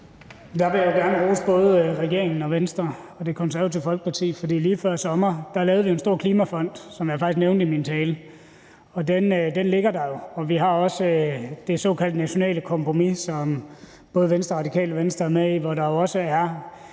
Der vil jeg gerne rose både regeringen, Venstre og Det Konservative Folkeparti, for lige før sommeren lavede vi en stor klimafond, som jeg faktisk nævnte i min tale, og den ligger der jo. Vi har også det såkaldte nationale kompromis, som både Venstre og Radikale Venstre er med i, hvor der er